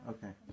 Okay